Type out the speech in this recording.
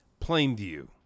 Plainview